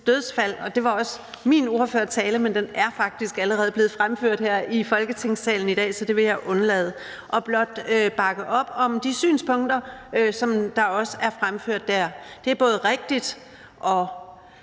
overdosisdødsfald. Det var også min ordførertale, men den er faktisk allerede blevet fremført her i Folketingssalen i dag, så det vil jeg undlade at gøre, men blot bakke op om synspunkter, som der også er fremført der. Det er både rigtigt og